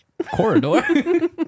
corridor